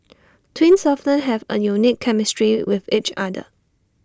twins often have A unique chemistry with each other